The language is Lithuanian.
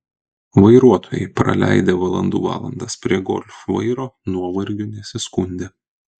vairuotojai praleidę valandų valandas prie golf vairo nuovargiu nesiskundė